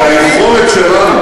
הרי היכולת שלנו,